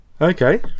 Okay